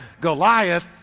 Goliath